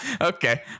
Okay